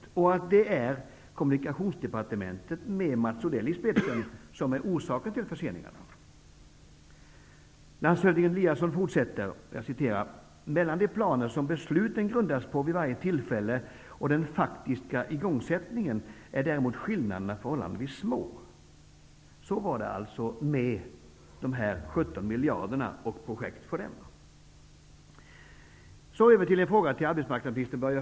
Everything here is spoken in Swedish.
De påstår att det är Kommunikationsdepartementet med Mats Odell i spetsen som är orsaken till förseningarna. Landshövding Eliasson fortsätter: ''Mellan de planer som besluten grundats på vid varje tillfälle och den faktiska igångsättningen är däremot skillnaderna förhållandevis små.'' Så var det alltså med dessa 17 miljarder för projekt.